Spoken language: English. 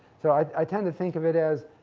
so i tend to think of it as,